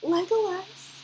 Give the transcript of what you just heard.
Legolas